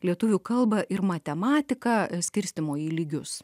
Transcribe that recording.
lietuvių kalbą ir matematiką skirstymo į lygius